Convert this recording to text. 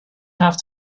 have